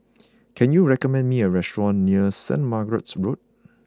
can you recommend me a restaurant near Saint Margaret's Road